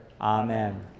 Amen